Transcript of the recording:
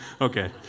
Okay